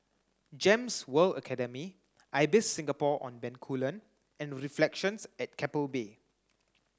GEMS World Academy Ibis Singapore on Bencoolen and Reflections at Keppel Bay